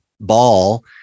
ball